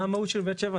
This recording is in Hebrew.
מה המהות של ב' (7)?